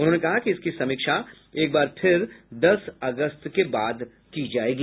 उन्होंने कहा कि इसकी समीक्षा एक बार फिर दस अगस्त के बाद की जायेगी